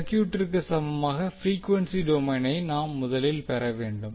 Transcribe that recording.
சர்க்யூட்டிற்கு சமமான ஃப்ரீக்வென்சி டொமைனை நாம் முதலில் பெற வேண்டும்